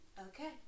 Okay